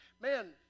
man